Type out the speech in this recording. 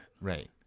Right